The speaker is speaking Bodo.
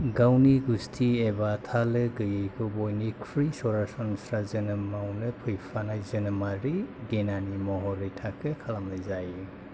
गावनाय गुस्थि एबा थालो गैयैखौ बयनिख्रुइ सरासनस्रा जोनोमावनो फैफानाय जोनोमारि गेनानि महरै थाखो खालामनाय जायो